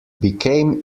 became